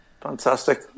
fantastic